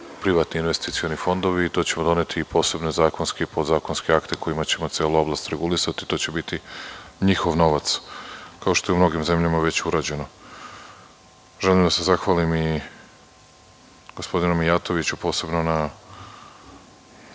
privatni investicioni fondovi i zato ćemo doneti posebne zakonske i podzakonske akte kojima ćemo regulisati celu oblast. To će biti njihov novac kao što je u mnogim zemljama već urađeno. Želim da se zahvalim i gospodinu Mijatoviću, posebno na